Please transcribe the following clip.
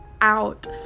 out